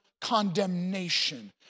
condemnation